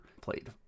Played